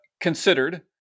considered